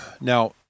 Now